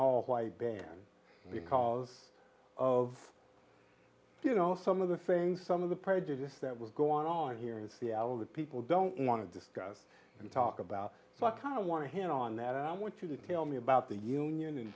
all white band because of you know some of the things some of the prejudice that was going on here in seattle that people don't want to discuss and talk about but kind of i want to hit on that and i want you to tell me about the union and